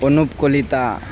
Anup Kalita